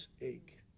ache